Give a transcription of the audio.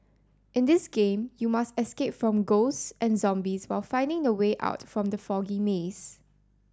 in this game you must escape from ghosts and zombies while finding the way out from the foggy maze